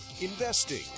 investing